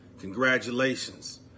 congratulations